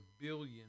billion